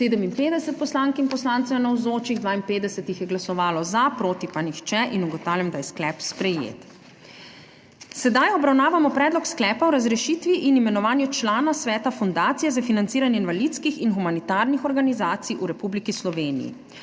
57 poslank in poslancev je navzočih, 52 jih je glasovalo za, proti pa nihče. (Za je glasovalo 52.) (Proti nihče.) Ugotavljam, da je sklep sprejet. Sedaj obravnavamo Predlog sklepa o razrešitvi in imenovanju člana Sveta Fundacije za financiranje invalidskih in humanitarnih organizacij v Republiki Sloveniji.